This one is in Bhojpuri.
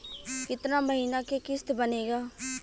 कितना महीना के किस्त बनेगा?